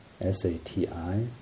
S-A-T-I